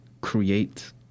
create